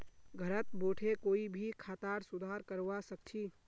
घरत बोठे कोई भी खातार सुधार करवा सख छि